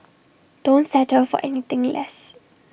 don't settle for anything less